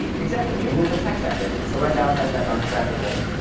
exactly. remove the text decoration. so right now it has that unattractive link,